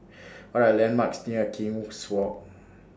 What Are The landmarks near King's Walk